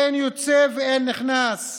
אין יוצא ואין נכנס.